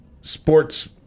sports